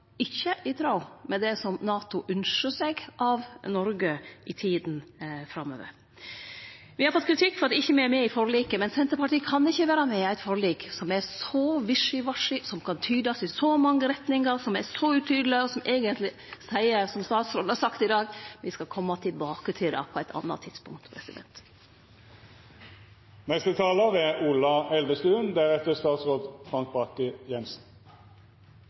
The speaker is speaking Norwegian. ikkje er i tråd med det NATO ynskjer seg av Noreg i tida framover. Me har fått kritikk fordi me ikkje er med i forliket, men Senterpartiet kan ikkje vere med i eit forlik som er så «wishy-washy», som kan tydast i så mange retningar, som er så utydeleg, og som eigentleg seier, som statsråden har sagt i dag, at ein skal kome tilbake til det på eit anna tidspunkt. Som mange har uttalt, er